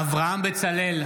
אברהם בצלאל,